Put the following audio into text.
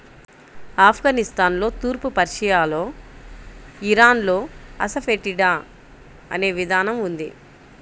ఆఫ్ఘనిస్తాన్లో, తూర్పు పర్షియాలో, ఇరాన్లో అసఫెటిడా అనే విధానం ఉంది